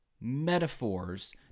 metaphors